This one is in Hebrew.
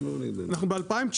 אנחנו ב-2019,